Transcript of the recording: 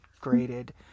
graded